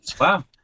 Wow